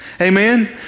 Amen